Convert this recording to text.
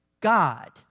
God